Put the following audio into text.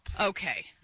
Okay